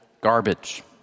garbage